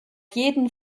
jeden